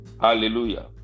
Hallelujah